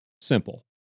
Simple